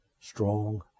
strong